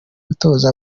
gutoza